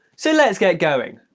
so let's get going!